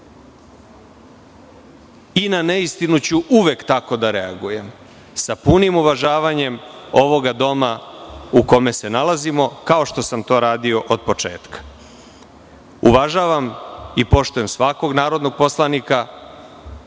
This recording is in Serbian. Na neistinu ću uvek tako da reagujem, sa punim uvažavanjem ovog doma u kome se nalazimo, kao što sam to radio od početka. Uvažavam i poštujem svakog narodnog poslanika,